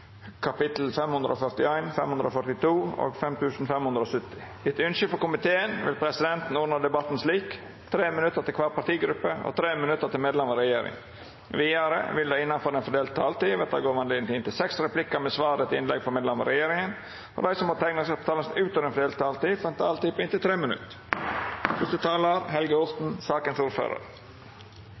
til medlemer av regjeringa. Vidare vil det – innanfor den fordelte taletida – verta gjeve anledning til inntil seks replikkar med svar etter innlegg frå medlemer av regjeringa, og dei som måtte teikna seg på talarlista utover den fordelte taletida, får òg ei taletid på inntil 3 minutt.